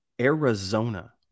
Arizona